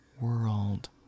world